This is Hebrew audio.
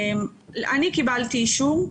אני קיבלתי אישור,